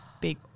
big